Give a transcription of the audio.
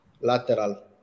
lateral